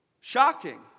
Shocking